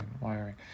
wiring